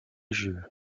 jeu